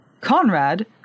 Conrad